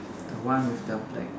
the one with the black